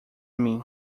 mim